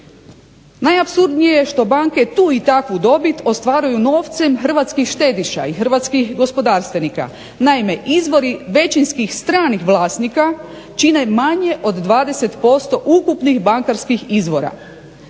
Najapsurdnije je što banke tu i takvu dobit ostvaruju novcem hrvatskih štediša i hrvatskih gospodarstvenika. Naime, izvori većinskih stranih vlasnika čine manje od 20% ukupnih bankarskih izvora.